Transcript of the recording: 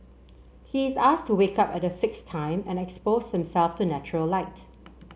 he is asked to wake up at a fixed time and expose himself to natural light